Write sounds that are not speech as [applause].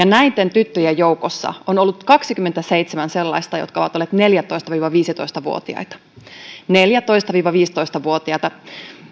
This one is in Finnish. [unintelligible] näitten tyttöjen joukossa on ollut kaksikymmentäseitsemän sellaista jotka ovat olleet neljätoista viiva viisitoista vuotiaita neljätoista viiva viisitoista vuotiaita